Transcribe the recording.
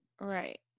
right